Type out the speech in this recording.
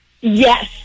Yes